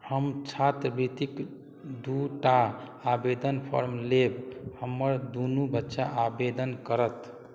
हम छात्रवृतिके दुइ टा आवेदन फॉर्म लेब हमर दुनू बच्चा आवेदन करत